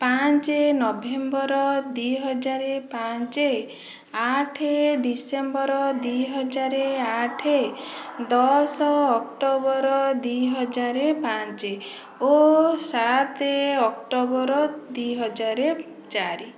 ପାଞ୍ଚ ନଭେମ୍ବର ଦୁଇହଜାର ପାଞ୍ଚ ଆଠ ଡିସେମ୍ବର ଦୁଇହଜାର ଆଠ ଦଶ ଅକ୍ଟୋବର ଦୁଇହଜାର ପାଞ୍ଚ ଓ ସାତ ଅକ୍ଟୋବର ଦୁଇହଜାର ଚାରି